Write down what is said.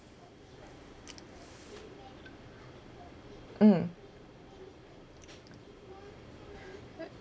mm